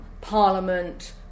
Parliament